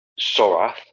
Sorath